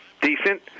decent